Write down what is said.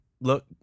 look